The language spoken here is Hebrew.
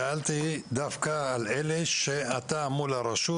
שאלתי דווקא על אלה שאתה מול הרשות